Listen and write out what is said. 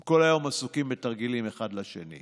אתם כל היום עסוקים בתרגילים אחד לשני: